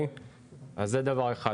זה דבר אחד.